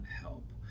help